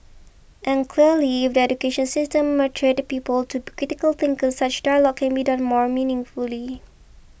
and clearly if the education system nurtured people to be critical thinkers such dialogue can be done more meaningfully